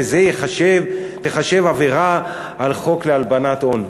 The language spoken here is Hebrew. וזו תיחשב עבירה על חוק להלבנת הון.